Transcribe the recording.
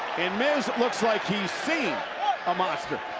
and miz looks like he's seen a monster.